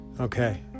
okay